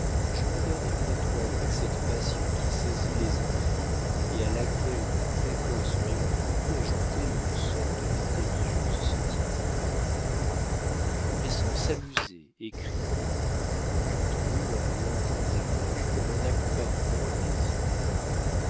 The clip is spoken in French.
je regardais une étoile avec cette passion curieuse qui saisit les enfants et à laquelle ma précoce mélancolie ajoutait une sorte d'intelligence sentimentale mes sœurs s'amusaient et criaient j'entendais leur lointain tapage comme un accompagnement à mes idées